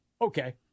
Okay